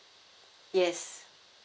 yes